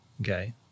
Okay